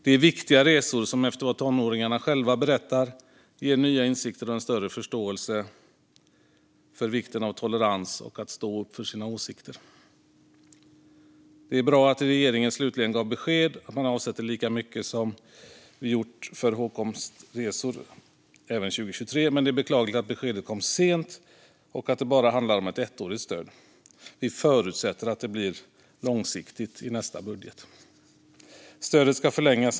Det är viktiga resor som efter vad tonåringarna själva berättar ger nya insikter och en större förståelse för vikten av tolerans och att stå upp för sina åsikter. Det är bra att regeringen slutligen gav besked att man avsätter lika mycket som vi gjort tidigare för hågkomstresor även 2023. Det är dock beklagligt att beskedet kom sent och att det bara handlar om ett ettårigt stöd. Miljöpartiet förutsätter att det blir långsiktigt i nästa budget.